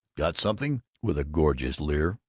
got something, with a gorgeous leer,